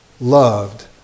loved